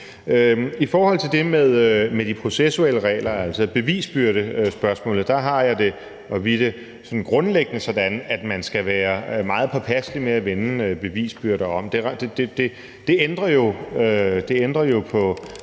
I forhold til det med de processuelle regler, altså bevisbyrdespørgsmålet, har jeg og vi det grundlæggende sådan, at man skal være meget påpasselig med at vende bevisbyrder om. Det ændrer jo på,